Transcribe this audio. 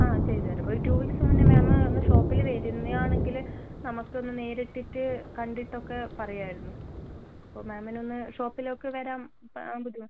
ആ ചെയ്ത് തരും ഒരു ടു വീക്സ് മുന്നേ മാം ഒന്ന് ഷോപ്പിൽ വരുന്നതാണെങ്കിൽ നമുക്കൊന്ന് നേരിട്ട് കണ്ടിട്ടൊക്കെ പറയാമായിരുന്നു ഇപ്പോൾ മാമിനൊന്ന് ഷോപ്പിലേക്ക് വരാൻ പ ബുദ്ധിമു